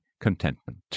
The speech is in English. contentment